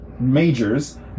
majors